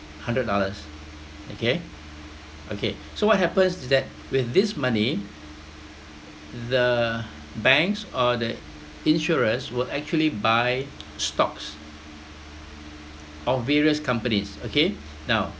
hundred dollars okay okay so what happens is that with this money the banks or the insurers will actually buy stocks of various companies okay now